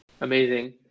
Amazing